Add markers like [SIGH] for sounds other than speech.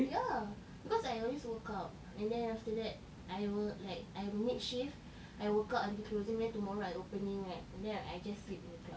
ya because I always workout and then after that I work like I'm mid shift [BREATH] I workout until closing then tomorrow I opening right then I just sleep in the club